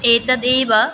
एतदेव